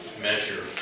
measure